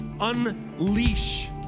unleash